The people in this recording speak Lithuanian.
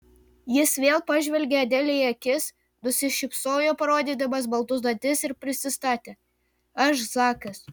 jis vėl pažvelgė adelei į akis nusišypsojo parodydamas baltus dantis ir prisistatė aš zakas